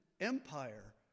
Empire